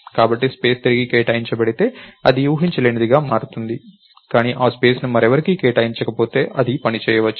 కాబట్టి స్పేస్ తిరిగి కేటాయించబడితే ఇది ఊహించలేనిదిగా మారుతుంది కానీ ఆ స్పేస్ ని మరెవరికీ కేటాయించకపోతే అది పని చేయవచ్చు